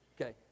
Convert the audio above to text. okay